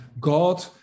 God